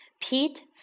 Pete